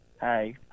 Hi